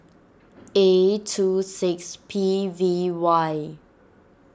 A two six P V Y